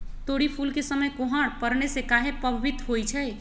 तोरी फुल के समय कोहर पड़ने से काहे पभवित होई छई?